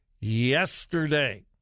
yesterday